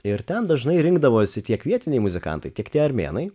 ir ten dažnai rinkdavosi tiek vietiniai muzikantai tiek tie armėnai